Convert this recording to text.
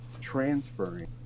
transferring